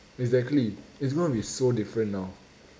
exactly it's gonna be so different now